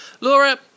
Laura